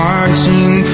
Marching